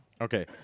Okay